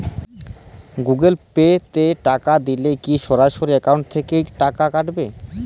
Google Pay তে টাকা দিলে কি সরাসরি অ্যাকাউন্ট থেকে টাকা কাটাবে?